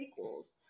prequels